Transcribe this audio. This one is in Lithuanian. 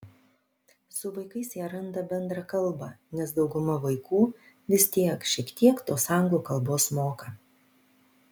su vaikais jie randa bendrą kalbą nes dauguma vaikų vis tiek šiek tiek tos anglų kalbos moka